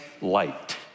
light